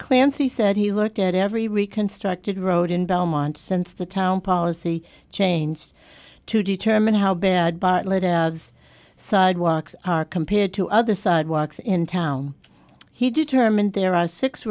clancy said he looked at every reconstructed road in belmont since the town policy changed to determine how bad bartlett abs sidewalks are compared to other sidewalks in town he determined there are six